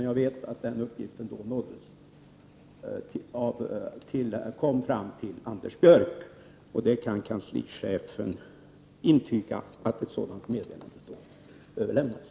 Jag vet dock att uppgiften kom fram till Anders Björck. Kanslichefen kan intyga att ett sådant meddelande överlämnats.